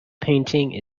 painting